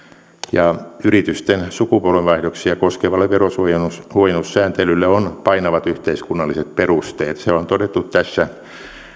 yritysten sukupolvenvaihdoksia koskevalle verohuojennussääntelylle on painavat yhteiskunnalliset perusteet se on todettu